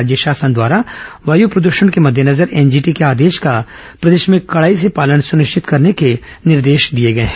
राज्य शासन द्वारा वाय प्रद्षण के मद्देनजर एनजीटी के आदेश का प्रदेश में कड़ाई से पालन सुनिश्चित करने के निर्देश दिए गए हैं